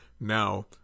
Now